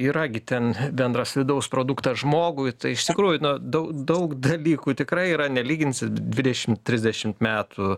yra gi ten bendras vidaus produktas žmogui tai iš tikrųjų na dau daug dalykų tikrai yra nelyginsit dvidešim trisdešim metų